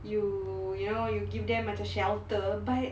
you you know you them macam shelter but